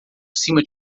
cima